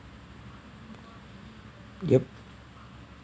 yup